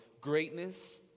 greatness